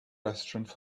restaurant